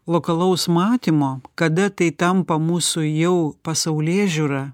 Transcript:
lokalaus matymo kada tai tampa mūsų jau pasaulėžiūra